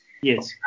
Yes